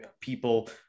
people